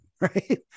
right